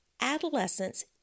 Adolescence